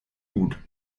gut